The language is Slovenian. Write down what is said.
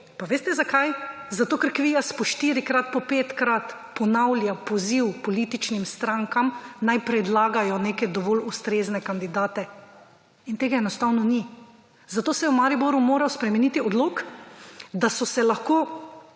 Pa veste zakaj? Zato, ker KVIAZ po 4-krat, po 5-krat ponavlja poziv političnim strankam naj predlagajo nekaj dovolj ustrezen kandidate in tega enostavno ni, zato se je v Mariboru moral spremeniti odlok, da so lahko